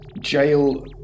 jail